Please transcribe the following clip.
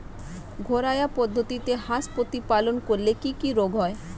ঘরোয়া পদ্ধতিতে হাঁস প্রতিপালন করলে কি কি রোগ হয়?